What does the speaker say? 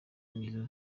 nizo